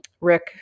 Rick